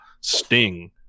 Sting